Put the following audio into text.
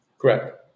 Correct